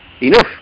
enough